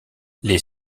les